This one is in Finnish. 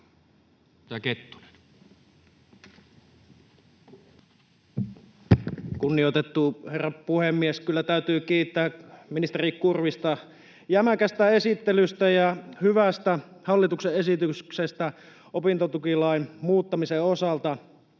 Kunnioitettu herra puhemies! Kyllä täytyy kiittää ministeri Kurvista jämäkästä esittelystä ja hyvästä hallituksen esityksestä opintotukilain muuttamisen osalta.